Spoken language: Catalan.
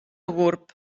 gurb